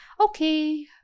okay